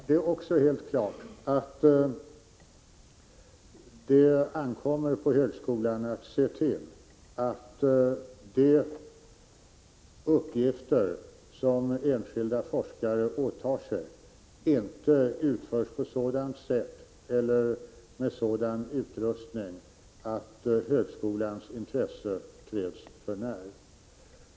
Det är också helt klart att det ankommer på högskolan att se till att de uppgifter som enskilda forskare åtar sig inte utförs på sådant sätt eller med sådan utrustning att högskolans intresse träds för när.